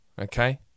Okay